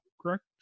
correct